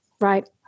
right